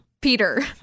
Peter